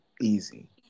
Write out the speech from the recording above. easy